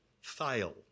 fail